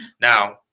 Now